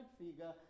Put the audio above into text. figure